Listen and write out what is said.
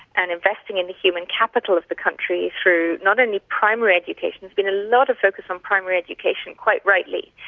and investing in the human capital of the country through not only primary education there's been a lot of focus on primary education, quite rightly,